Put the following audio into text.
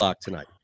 tonight